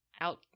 out